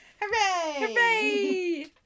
Hooray